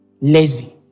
lazy